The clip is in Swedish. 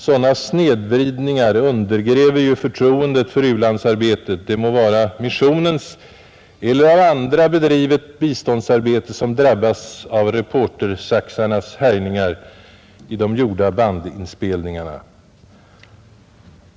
Sådana snedvridningar undergräver förtroendet för u-landsarbetet här hemma, det må vara missionens eller av andra bedrivet biståndsarbete som drabbas av reportersaxarnas härjningar i de gjorda bandinspelningarna.